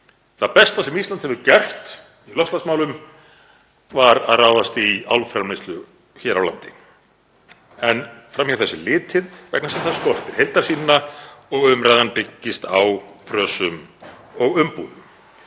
Það besta sem Ísland hefur gert í loftslagsmálum var að ráðast í álframleiðslu hér á landi. Fram hjá þessu er litið vegna þess að það skortir heildarsýn og umræðan byggist á frösum og umbúðum.